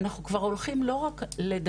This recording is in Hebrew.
אנחנו כבר הולכים לא רק לדבר,